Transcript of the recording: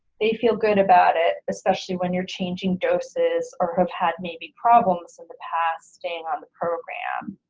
they feel good about it, especially when you're changing doses or have had maybe problems in the past staying on the program.